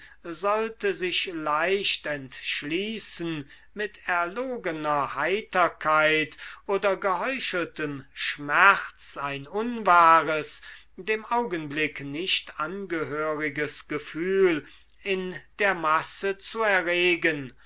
sollte sich leicht entschließen mit erlogener heiterkeit oder geheucheltem schmerz ein unwahres dem augenblick nicht angehöriges gefühl in der maße zu erregen